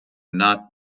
not